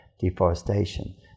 deforestation